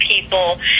people